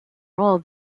roll